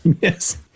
Yes